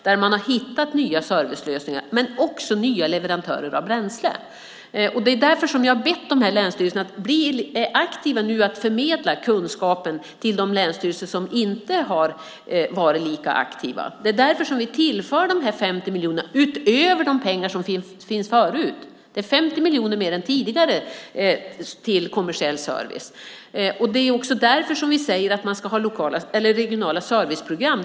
De har hittat nya servicelösningar och nya leverantörer av bränsle. Det är därför jag har bett dessa länsstyrelser att aktivt förmedla kunskapen till de länsstyrelser som inte har varit lika aktiva. Det är därför som vi tillför dessa 50 miljoner utöver de pengar som har funnits sedan tidigare. Det är 50 miljoner mer än tidigare till kommersiell service. Det är också därför vi säger att det ska vara regionala serviceprogram.